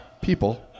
People